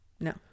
No